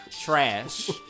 trash